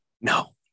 no